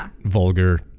vulgar